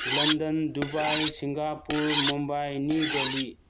London Dubai Singapore Mumbai new Delhi